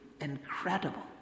incredible